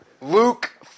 Luke